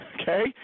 Okay